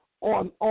on